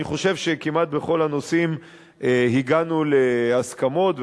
ואני חושב שכמעט בכל הנושאים הגענו להסכמות,